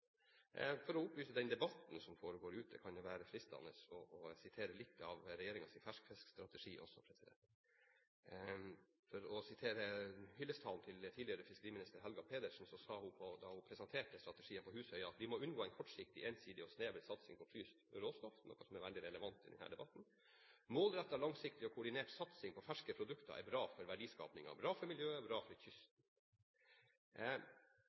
For å opplyse den debatten som foregår ute, kan det være fristende å sitere litt av regjeringens ferskfiskstrategi. For å sitere hyllesttalen til tidligere fiskeriminister Helga Pedersen: Hun sa da hun presenterte strategien på Husøy, at vi «må unngå en kortsiktig, ensidig og snever satsing på fryst råstoff», noe som er veldig relevant i denne debatten. Pedersen sa videre: «Målrettet, langsiktig og koordinert satsing på ferske produkter er bra for verdiskapingen, bra for miljøet og bra for